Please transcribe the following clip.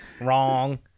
Wrong